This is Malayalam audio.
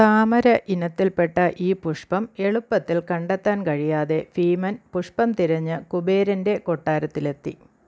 താമര ഇനത്തിൽ പെട്ട ഈ പുഷ്പം എളുപ്പത്തിൽ കണ്ടെത്താൻ കഴിയാതെ ഭീമൻ പുഷ്പം തിരഞ്ഞ് കുബേരന്റെ കൊട്ടാരത്തിലെത്തി